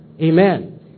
Amen